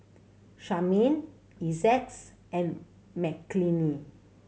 Carmine Essex and Mckinley